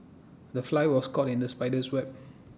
the fly was caught in the spider's web